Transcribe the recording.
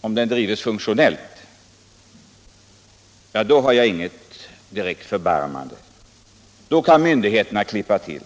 som drives funktionellt för dem — har jag inget förbarmande. Då kan myndigheterna klippa till.